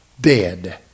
dead